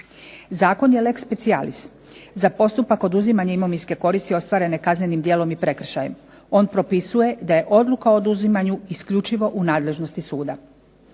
Zakon je lex specialis za postupak oduzimanje imovinske koristi ostvarene kaznenim djelom i prekršajem. On propisuje da je odluka o oduzimanju isključivo u nadležnosti suda.